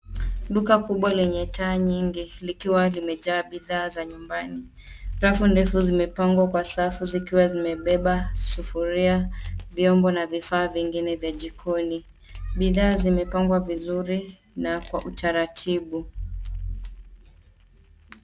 Duka kubwa lenye taa nyingi likiwa limejaa bidhaa za nyumbani .Rafu ndefu zimepangwa kwa safu zikiwa zimebeba sufuria ,vyombo na vifaa vingine vya jikoni .Bidhaa zimepangwa vizuri na kwa utaratibu.